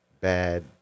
bad